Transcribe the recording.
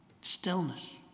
Stillness